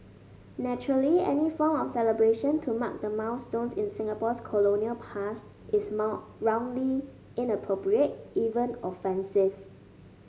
naturally any form of celebration to mark the milestones in Singapore's colonial past is mount roundly inappropriate even offensive